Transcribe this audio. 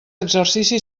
exercici